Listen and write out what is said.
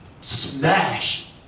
smash